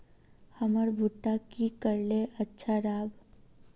हमर भुट्टा की करले अच्छा राब?